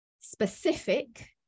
Specific